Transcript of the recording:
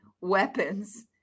weapons